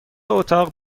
اتاق